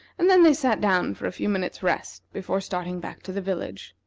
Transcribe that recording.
and then they sat down for a few minutes' rest before starting back to the village.